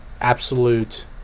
Absolute